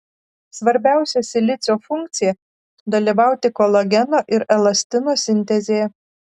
svarbiausia silicio funkcija dalyvauti kolageno ir elastino sintezėje